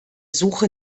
suche